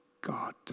God